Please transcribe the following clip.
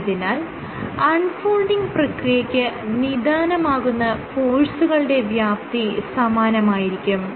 ആയതിനാൽ unfolding പ്രക്രിയയ്ക്ക് നിധാനമാകുന്ന ഫോഴ്സുകളുടെ വ്യാപ്തി സമാനമായിരിക്കും